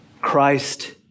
Christ